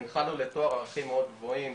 בלבלב, בשערות ואמרה שאין סמים ואלכוהול.